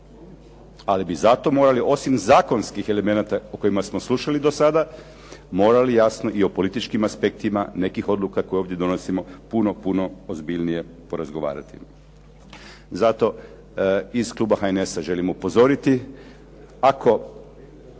Ali bih zato morali osim zakonskih elemenata o kojima smo slušali do sada morali jasno i o političkim aspektima nekih odluka koje ovdje donosimo puno, puno ozbiljnije porazgovarati. Zato iz kluba HNS-a želim upozoriti